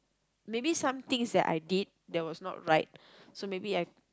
maybe some things that I did that was not right so maybe I